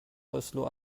اسلو